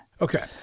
Okay